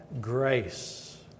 grace